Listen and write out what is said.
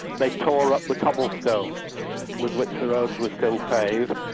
they tore up the cobblestones with which the roads were still paved,